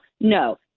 No